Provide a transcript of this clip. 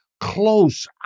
close